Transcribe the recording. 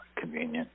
convenient